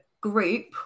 group